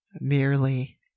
merely